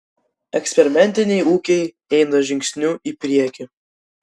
eksperimentiniai ūkiai eina žingsniu į priekį